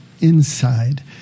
inside